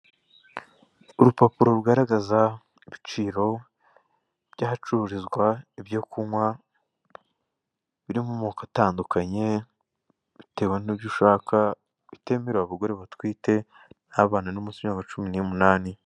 Urupapuro rugaragaza ibiciro by'ahacururizwa ibyo kunywa biri mu moko atandukanye bitewe n'ibyo ushaka ibitemerewe abagore batwite n'abana bari munsi y'imyaka cumi n'umunani.